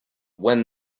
when